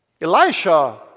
Elisha